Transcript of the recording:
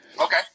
Okay